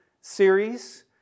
series